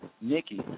Nikki